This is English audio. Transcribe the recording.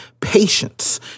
patience